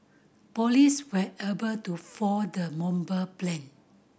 police were able to foil the bomber plan